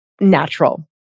natural